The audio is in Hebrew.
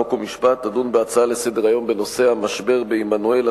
חוק ומשפט תדון בהצעות לסדר-היום בנושא: המשבר בעמנואל,